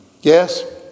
Yes